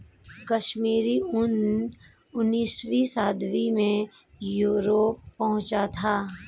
कश्मीरी ऊन उनीसवीं शताब्दी में यूरोप पहुंचा था